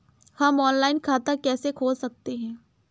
हम ऑनलाइन खाता कैसे खोल सकते हैं?